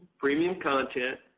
premium content,